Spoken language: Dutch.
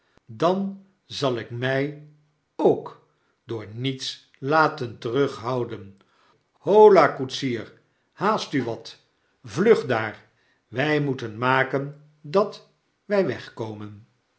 dan zal i k my ook door niets laten terughouden hola koetsier haast u wat vlug daar wy moeten maken dat wy wegkomen